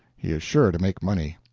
he is sure to make money.